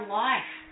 life